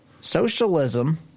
Socialism